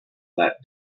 that